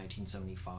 1975